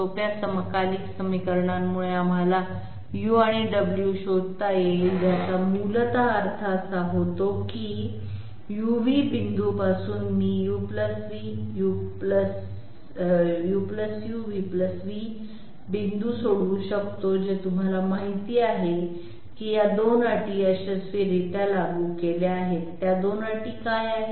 सोप्या समकालिक समीकरणांमुळे आम्हाला u आणि w शोधता येईल ज्याचा मूलत अर्थ असा होतो की u v बिंदू पासून मी u u v v बिंदू सोडवू शकतो जे तुम्हाला माहित आहे की या 2 अटी यशस्वीरित्या लागू केल्या आहेत त्या 2 अटी काय आहेत